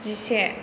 जिसे